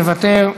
מוותר.